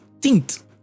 tint